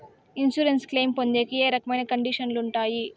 Insurance claim పొందేకి ఏ రకమైన కండిషన్లు ఉంటాయి?